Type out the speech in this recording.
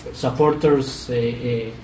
supporters